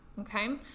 Okay